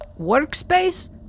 workspace